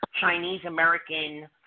Chinese-American